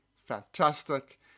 fantastic